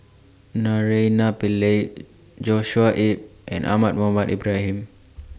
Naraina Pillai Joshua Ip and Ahmad Mohamed Ibrahim